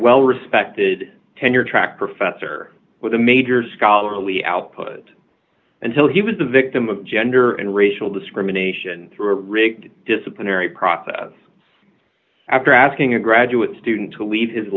well respected tenure track professor with a major scholarly output until he was a victim of gender and racial discrimination through a rigged disciplinary process after asking a graduate student to leave his